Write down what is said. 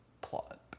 plot